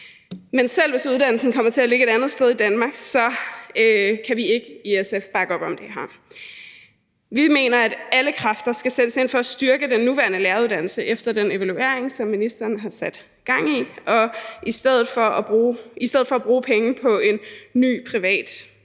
Men selv hvis uddannelsen kommer til at ligge et andet sted i Danmark, kan vi i SF ikke bakke op om det her. Vi mener, at alle kræfter skal sættes ind på at styrke den nuværende læreruddannelse efter den evaluering, som ministeren har sat gang i, i stedet for at bruge penge på en ny privat